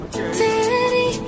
Daddy